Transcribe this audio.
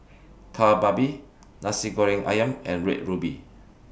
Kari Babi Nasi Goreng Ayam and Red Ruby